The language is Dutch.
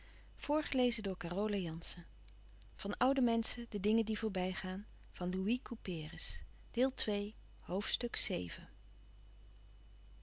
van oude menschen de dingen die voorbij gaan ste deel van